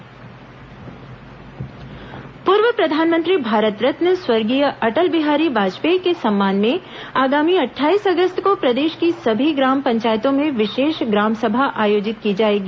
ग्राम सभा पूर्व प्रधानमंत्री भारत रत्न स्वर्गीय अटल बिहारी वाजपेयी के सम्मान में आगामी अटठाईस अगस्त को प्रदेश की सभी ग्राम पंचायतों में विशेष ग्राम सभा आयोजित की जाएगी